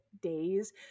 days